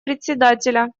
председателя